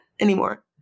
anymore